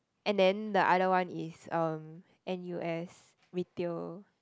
and then the other one is um n_u_s retail